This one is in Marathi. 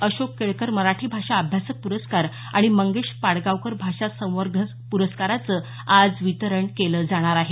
अशोक केळकर मराठी भाषा अभ्यासक पुरस्कार आणि मंगेश पाडगांवकर भाषा संवर्धक पुरस्कारांचं आज वितरण केलं जाणार आहे